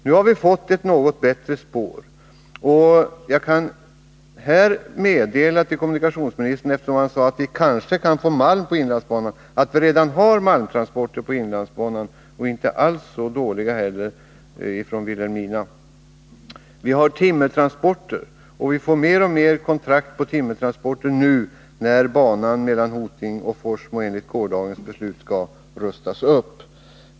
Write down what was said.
Nu har vi dock fått ett något bättre spår. Och eftersom kommunikationsministern sade att vi kanske kan frakta malm på inlandsbanan, kan jag här meddela honom att vi på inlandsbanan redan har malmtransporter från Vilhelmina — inte alls dåliga transporter förresten. Vi har också timmertransporter, och vi kommer att få fler kontrakt på timmertransporter nu när banan mellan Hoting och Forsmo enligt gårdagens riksdagsbeslut skall rustas upp.